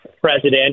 president